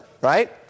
right